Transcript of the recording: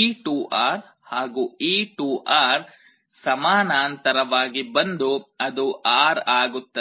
ಈ 2R ಹಾಗೂ ಈ 2R ಸಮಾನಾಂತರವಾಗಿ ಬಂದು ಅದು R ಆಗುತ್ತದೆ